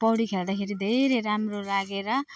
पौडी खेल्दाखेरि धेरै राम्रो लागेर